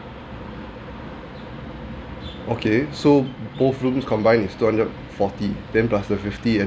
okay so both rooms combined is two hundred forty then plus the fifty ad~